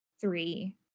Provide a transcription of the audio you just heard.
three